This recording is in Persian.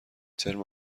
ترم